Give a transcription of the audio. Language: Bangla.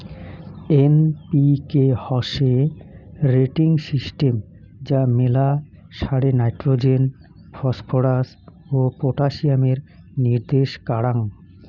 এন.পি.কে হসে রেটিং সিস্টেম যা মেলা সারে নাইট্রোজেন, ফসফরাস ও পটাসিয়ামের নির্দেশ কারাঙ